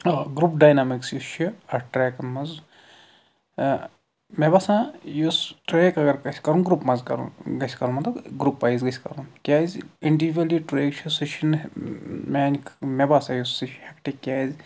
اَوا group dynamics یُس چھِ اَتھ ٹرٛیکَن منٛز مےٚ باسان یُس ٹرٛیک اَگر اَسہِ کَم گرٛوٗپ منٛز کَرُن گژھِ کَرُن مطلب گرٛوٗپ وایِز گژھِ کَرُن کیٛازِ اِنڈیوٗجؤلی ٹرٛیک چھِ سُہ چھِنہٕ میٛانہِ مےٚ باسان سُہ چھُ ہیکٹِک کیٛازِ